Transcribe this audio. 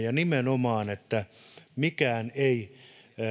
ja että nimenomaan mikään ei